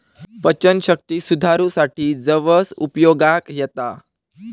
पचनशक्ती सुधारूसाठी जवस उपयोगाक येता